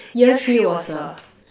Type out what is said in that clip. year three was a